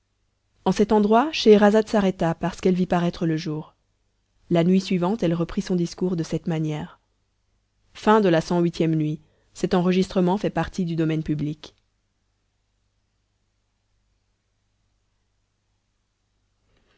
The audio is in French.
en cet endroit scheherazade s'arrêta parce qu'elle vit paraître le jour la nuit suivante elle reprit son discours de cette manière cix nuit